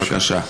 בבקשה.